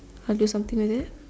I'll do something with it